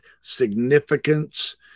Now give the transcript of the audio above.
significance